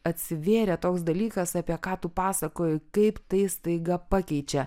atsivėrė toks dalykas apie ką tu pasakojo kaip tai staiga pakeičia